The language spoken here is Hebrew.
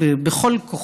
ובכל כוחי,